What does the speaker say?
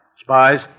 Spies